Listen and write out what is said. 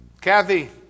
Kathy